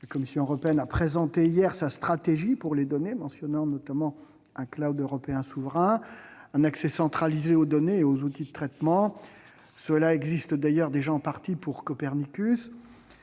La Commission européenne a présenté hier sa stratégie pour les données, mentionnant notamment un européen souverain, un accès centralisé aux données et aux outils de traitement. Cela existe d'ailleurs déjà en partie pour Copernicus,